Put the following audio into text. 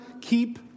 keep